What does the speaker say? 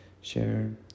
share